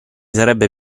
sarebbe